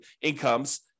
incomes